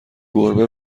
گربه